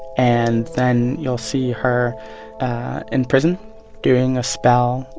and then you'll see her in prison doing a spell.